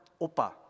opa